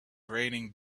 raining